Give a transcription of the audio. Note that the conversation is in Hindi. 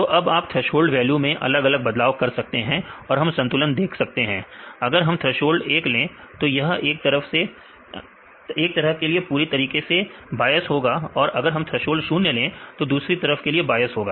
तो अब आप थ्रेसोल्ड वैल्यू में अलग अलग बदलाव कर सकते हैं और हम संतुलन देख सकते हैं अगर हम थ्रेसोल्ड 1 ले तो यह एक तरफ के लिए पूरी तरीके से बायस होगा या अगर हम थ्रेसोल्ड 0 ले तो दूसरी तरफ के लिए बायस होगा